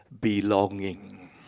belonging